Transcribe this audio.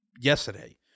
yesterday